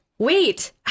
Wait